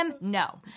No